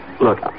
Look